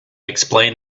explained